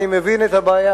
אני מבין את הבעיה,